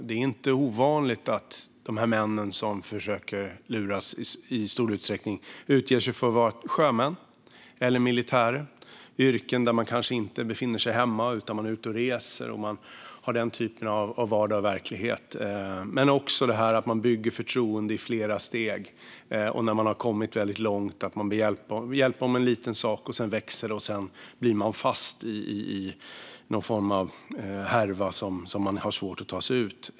Det är inte ovanligt att de här männen som försöker luras utger sig för att vara sjömän eller militärer - yrken där man kanske inte befinner sig hemma utan är ute och reser och har den typen av vardag och verklighet. Så gör de i stor utsträckning. Men det handlar också om att de bygger förtroende i många steg, och när de har kommit långt och bett om hjälp med en liten sak växer det. Människor blir då fast i någon form av härva som man har svårt att ta sig ur.